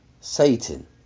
Satan